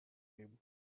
میبود